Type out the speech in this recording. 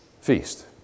feast